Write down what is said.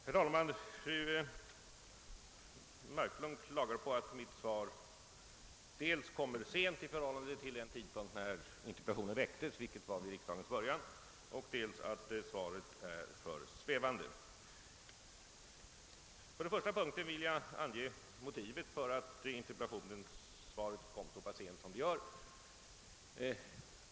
Herr talman! Fru Marklund klagar på dels att mitt svar kommer sent i förhållande till den tidpunkt när interpellationen framställdes, vilket var vid riksdagens början, och dels att svaret är för svävande. På den första punkten vill jag ange motivet för att interpellationssvaret kommit så pass sent.